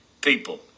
people